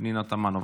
פנינה תמנו.